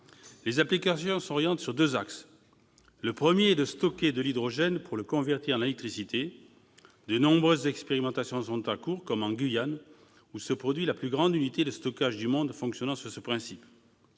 Les applications s'orientent sur deux axes. Le premier est de stocker de l'hydrogène pour le convertir en électricité. De nombreuses expérimentations sont en cours, comme en Guyane, où se construit la plus grande unité de stockage du monde fonctionnant sur ce principe.